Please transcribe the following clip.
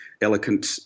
eloquent